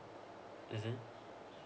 mmhmm